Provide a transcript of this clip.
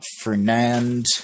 Fernand